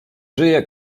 żyje